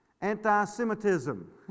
Anti-Semitism